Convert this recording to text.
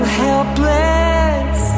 helpless